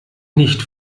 nicht